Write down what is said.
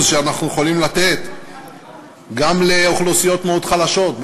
שאנחנו יכולים לתת גם לאוכלוסיות מאוד חלשות,